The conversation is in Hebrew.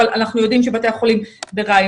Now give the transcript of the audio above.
אבל אנחנו יודעים שבתי החולים בראיונות,